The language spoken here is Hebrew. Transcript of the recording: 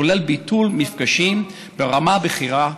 כולל ביטול מפגשים ברמה בכירה,